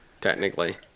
technically